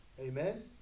amen